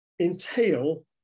entail